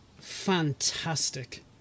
fantastic